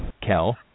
Kel